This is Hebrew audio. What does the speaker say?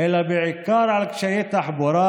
אלא בעיקר על קשיי תחבורה,